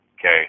Okay